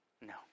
no